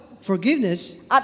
forgiveness